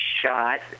shot